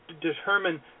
determine